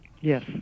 Yes